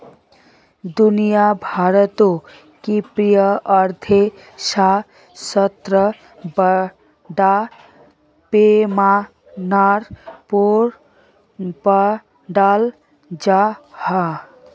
दुनिया भारोत कृषि अर्थशाश्त्र बड़ा पैमानार पोर पढ़ाल जहा